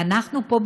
ואנחנו פה,